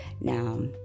Now